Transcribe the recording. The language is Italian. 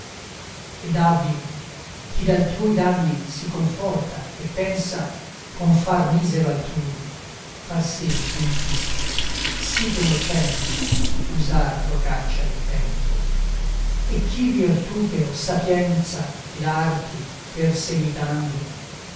ed havvi chi d'altrui danni si conforta e pensa con far misero altrui far sé men tristo sì che nocendo usar procaccia il tempo e chi virtute o sapienza ed arti perseguitando